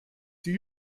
sie